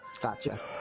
gotcha